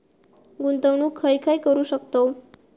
गुंतवणूक खय खय करू शकतव?